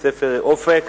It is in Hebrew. בית-ספר "אופק"